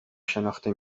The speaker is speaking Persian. شناخته